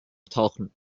tauchen